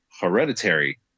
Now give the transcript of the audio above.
hereditary